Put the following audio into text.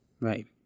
Right